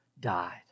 died